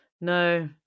no